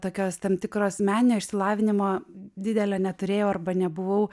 tokios tam tikros meninio išsilavinimo didelio neturėjau arba nebuvau